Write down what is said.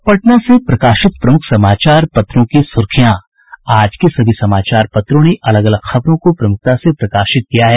अब पटना से प्रकाशित प्रमुख समाचार पत्रों की सुर्खियां आज के सभी समाचार पत्रों ने अलग अलग खबरों को प्रमुखता से प्रकाशित किया है